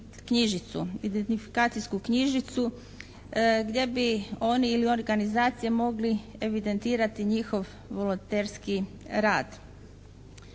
identifikacijsku knjižicu gdje bi oni ili organizacija mogli evidentirati njihov volonterski rad.